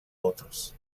otros